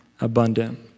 abundant